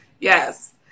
Yes